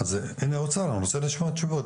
אז הנה האוצר, אני רוצה לשמוע תשובות.